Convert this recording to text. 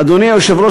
אדוני היושב-ראש,